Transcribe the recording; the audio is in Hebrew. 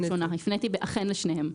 הפניתי לשניהם.